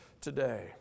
today